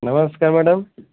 नमस्ते मैडम